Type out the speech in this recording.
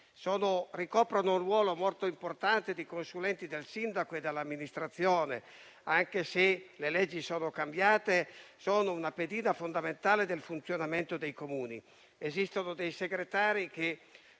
ricoprono un ruolo molto importante, come consulenti del sindaco e dell'amministrazione, e, anche se le leggi sono cambiate, sono una pedina fondamentale del funzionamento dei Comuni. Esistono segretari che